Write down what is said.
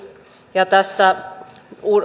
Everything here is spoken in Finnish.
ja tässä